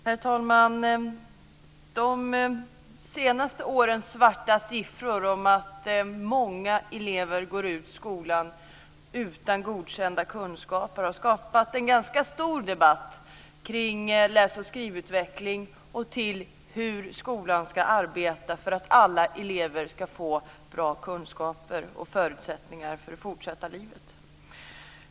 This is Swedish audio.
Herr talman! De senaste årens svarta siffror om att många elever går ut skolan utan godkända kunskaper har skapat en ganska stor debatt kring läs och skrivutveckling och kring hur skolan ska arbeta för att alla elever ska få bra kunskaper och förutsättningar för det fortsatta livet.